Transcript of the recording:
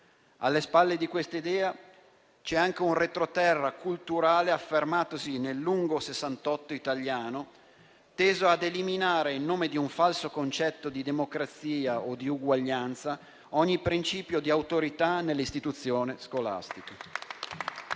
Alle spalle di questa idea c'è anche un retroterra culturale, affermatosi nel lungo Sessantotto italiano, teso ad eliminare, in nome di un falso concetto di democrazia o di uguaglianza, ogni principio di autorità nelle istituzioni scolastiche.